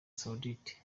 saudite